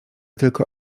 tylko